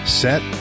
set